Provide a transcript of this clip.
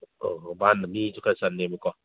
ꯑꯣ ꯑꯣ ꯚꯥꯟꯅ ꯃꯤꯁꯨ ꯈꯔ ꯆꯟꯅꯦꯕꯀꯣ